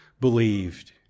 believed